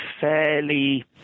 fairly